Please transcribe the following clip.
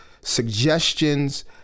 suggestions